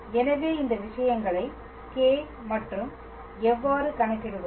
எனவே இந்த விஷயங்களை κ மற்றும் எவ்வாறு கணக்கிடுவது